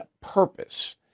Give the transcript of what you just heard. purpose